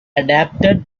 adapted